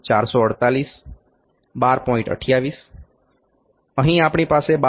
28 અહીં આપણી પાસે 12